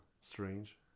strange